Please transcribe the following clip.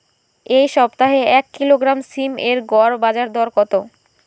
এই সপ্তাহে এক কিলোগ্রাম সীম এর গড় বাজার দর কত?